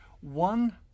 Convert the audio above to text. One